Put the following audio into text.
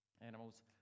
animals